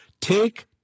Take